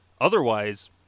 otherwise